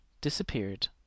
disappeared